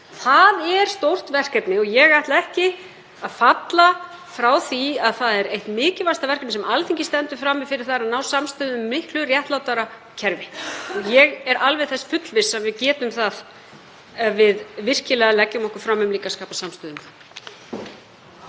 Það er stórt verkefni og ég ætla ekki að falla frá því að eitt mikilvægasta verkefnið sem Alþingi stendur frammi fyrir er að ná samstöðu um miklu réttlátara kerfi. Ég er þess fullviss að við getum það ef við leggjum okkur virkilega fram um að skapa samstöðu